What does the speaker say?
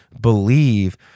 believe